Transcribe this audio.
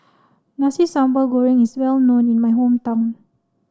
Nasi Sambal Goreng is well known in my hometown